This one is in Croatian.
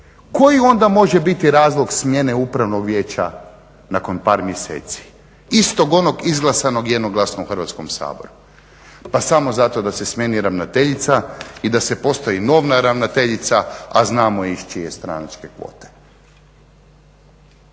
koji onda može biti razlog smjene Upravnog vijeća nakon par mjeseci istog onog izglasanog jednoglasno u Hrvatskom saboru. Pa samo zato da se smijeni ravnateljica i da se postavi nova ravnateljica a znamo i iz čije stranačke kvote.